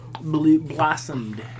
blossomed